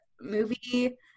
movie